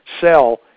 sell